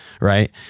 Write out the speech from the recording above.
right